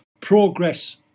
progress